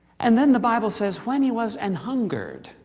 and then, the bible says, when he was an hungered,